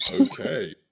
Okay